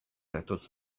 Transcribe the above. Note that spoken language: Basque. datoz